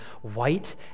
white